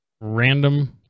Random